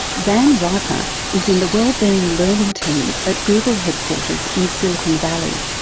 van riper is in the wellbeing learning team at google headquarters in silicon valley,